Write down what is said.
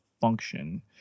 function